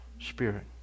spirit